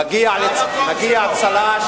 מגיע צל"ש,